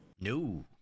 No